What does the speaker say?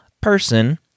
person